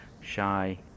shy